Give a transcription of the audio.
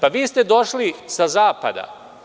Pa vi ste došli sa Zapada.